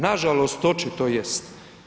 Nažalost očito jest.